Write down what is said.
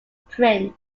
print